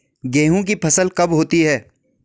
गेहूँ की फसल कब होती है?